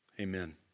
Amen